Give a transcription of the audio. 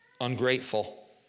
ungrateful